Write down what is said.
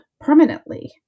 permanently